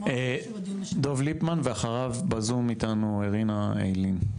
דב ליפמן, ואחריו בזום אתנו רינה איילין.